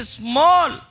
small